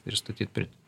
ir statyt pirtį